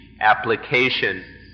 application